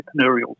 entrepreneurial